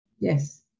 yes